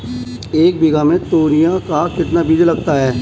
एक बीघा में तोरियां का कितना बीज लगता है?